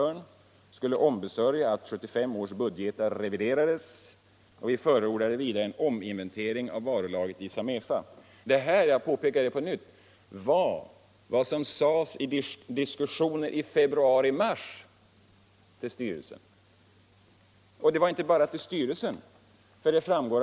Där säger revisorerna: Detta — jag påpekar det på nytt — var vad som sades i diskussioner i februari-mars till styrelsen. Och det var inte bara till styrelsen det sades.